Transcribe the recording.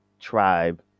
Tribe